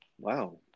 Wow